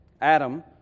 Adam